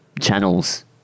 Channels